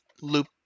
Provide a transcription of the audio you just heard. loop